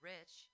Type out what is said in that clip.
Rich